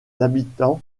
habitants